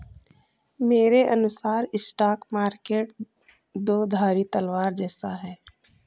मेरे अनुसार stock market दो धारी तलवार जैसा है